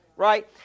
Right